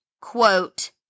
quote